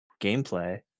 gameplay